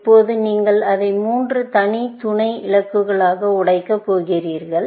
இப்போது நீங்கள் அதை மூன்று தனி துணை இலக்குகளாக உடைக்க போகிறீர்கள்